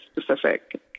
specific